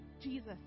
Jesus